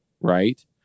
right